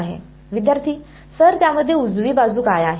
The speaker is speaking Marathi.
विद्यार्थी सर त्यामध्ये उजवी बाजू काय आहे